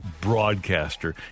broadcaster